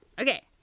Okay